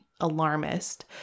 alarmist